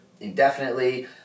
indefinitely